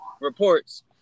reports